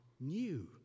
new